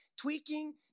tweaking